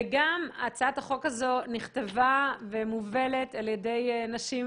וגם הצעת החוק הזו נכתבה ומובלת על ידי נשים